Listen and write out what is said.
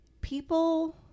people